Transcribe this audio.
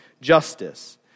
justice